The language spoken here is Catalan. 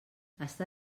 està